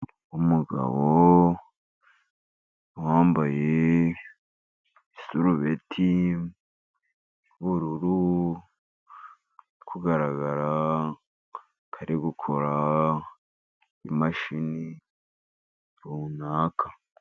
Umugabo wambaye isurubeti y'bururu, uri kugaragara ko ari gukora imashini runaka.